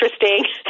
interesting